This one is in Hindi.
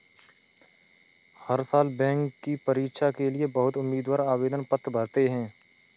हर साल बैंक की परीक्षा के लिए बहुत उम्मीदवार आवेदन पत्र भरते हैं